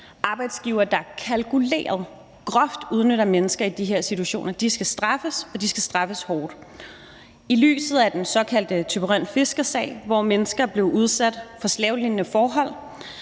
Arbejdsgivere, der kalkuleret, groft udnytter mennesker i de her situationer, skal straffes, og de skal straffes hårdt. I den såkaldte Thyborønfiskersag, hvor mennesker blev udsat for slavelignende forhold